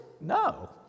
no